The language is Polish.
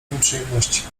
nieprzyjemności